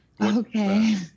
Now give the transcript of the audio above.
Okay